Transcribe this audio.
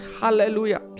Hallelujah